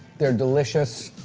they're delicious,